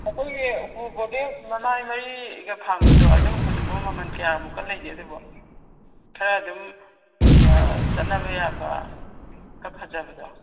ꯑꯇꯩ ꯎꯄꯨ ꯒꯣꯗ꯭ꯔꯦꯖ ꯃꯃꯥꯏ ꯃꯔꯤꯒ ꯐꯥꯡꯕꯗꯣ ꯑꯗꯨꯒꯨꯝꯕꯗꯨꯕꯨ ꯃꯃꯜ ꯀꯌꯥꯃꯨꯛꯀ ꯂꯩꯒꯦ ꯑꯗꯨꯕꯨ ꯈꯔ ꯑꯗꯨꯝ ꯆꯠꯅꯕ ꯌꯥꯕ ꯈꯔ ꯐꯖꯕꯗꯣ